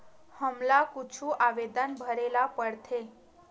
हमला कुछु आवेदन भरेला पढ़थे?